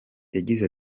yagize